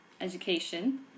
education